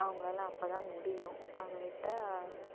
அவங்களால அப்போ தான் முடியும் அதை விட்டால்